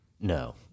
No